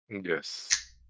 Yes